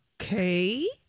Okay